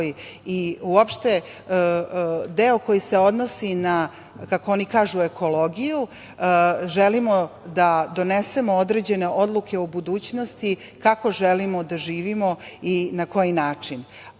i uopšte deo koji se odnosi na, kako oni kažu, ekologiju, želimo da donesemo određene odluke u budućnosti kako želimo da živimo i na koji način. To